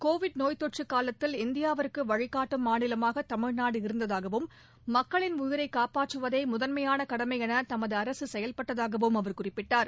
Covid நோய்த்தொற்று காலத்தில் இந்தியாவிற்கு வழிகாட்டும் மாநிலமாக தமிழ்நாடு இருந்ததாகவும் மக்களின் உயிரை காப்பாற்றுவதே முதன்மையாள கடமை என தமது அரசு செயல்பட்டதாகவும் அவர் குறிப்பிட்டார்